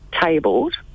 tabled